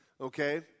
okay